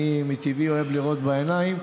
אני מטבעי אוהב לראות בעיניים,